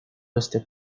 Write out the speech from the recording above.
este